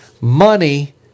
Money